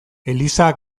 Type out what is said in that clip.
eliza